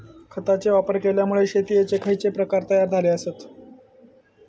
खतांचे वापर केल्यामुळे शेतीयेचे खैचे प्रकार तयार झाले आसत?